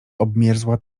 obmierzła